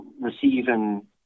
receiving